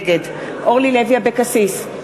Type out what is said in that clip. נגד אורלי לוי אבקסיס,